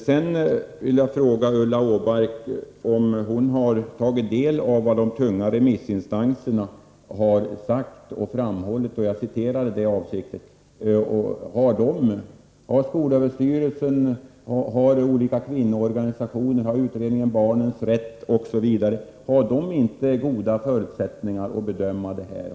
Jag vill också fråga: Har Ulla-Britt Åbark tagit del av vad de tunga remissinstanserna har framhållit? Jag citerade dem avsiktligt. Har inte skolöverstyrelsen, olika kvinnoorganisationer, utredningen Barnens rätt m.fl. goda förutsättningar att bedöma denna sak?